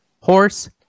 Horse